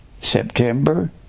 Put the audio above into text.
September